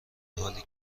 حالی